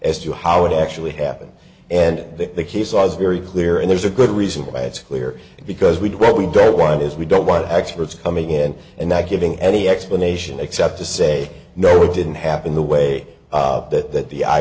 as to how it actually happened and that the case was very clear and there's a good reason why it's clear because we did what we don't want is we don't want experts coming in and not giving any explanation except to say no it didn't happen the way that th